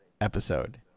episode